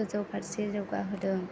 गोजौ फारसे जौगा होदों